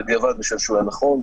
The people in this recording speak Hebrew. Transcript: בדיעבד אני חושב שזה היה נכון,